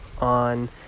on